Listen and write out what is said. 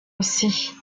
aussi